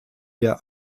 der